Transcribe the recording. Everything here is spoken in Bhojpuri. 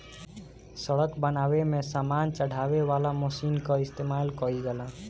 सड़क बनावे में सामान चढ़ावे वाला मशीन कअ इस्तेमाल कइल जाला